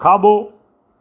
खाॿो